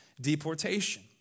deportation